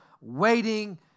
waiting